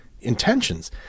intentions